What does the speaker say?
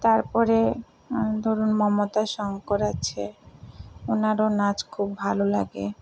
তার পরে ধরুন মমতা শঙ্কর আছে ওনারও নাচ খুব ভালো লাগে